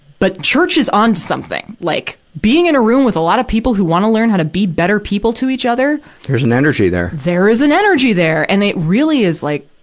but church is onto something. like, being in a room with a lot of people who wanna learn how to be better people to each other paul there's an energy there. there is an energy there! and it really is, like,